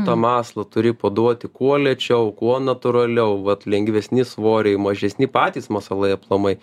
tą masalą turi paduoti kuo lėčiau kuo natūraliau vat lengvesni svoriai mažesni patys masalai aplamai